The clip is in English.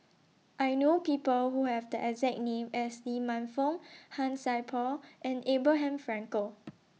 I know People Who Have The exact name as Lee Man Fong Han Sai Por and Abraham Frankel